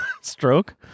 stroke